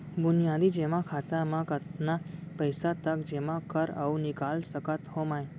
बुनियादी जेमा खाता म कतना पइसा तक जेमा कर अऊ निकाल सकत हो मैं?